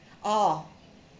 oh